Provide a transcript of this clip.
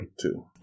Two